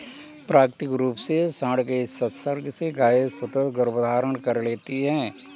प्राकृतिक रूप से साँड के संसर्ग से गायें स्वतः गर्भधारण कर लेती हैं